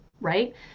right